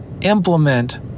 implement